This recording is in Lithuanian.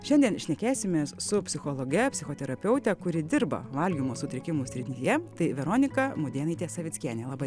šiandien šnekėsimės su psichologe psichoterapeute kuri dirba valgymo sutrikimų srityje tai veronika mudėnaitė savickienė laba